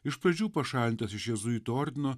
iš pradžių pašalintas iš jėzuitų ordino